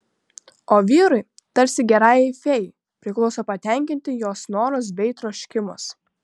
o vyrui tarsi gerajai fėjai priklauso patenkinti jos norus bei troškimus